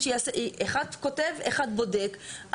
אחד בודק,